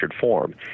form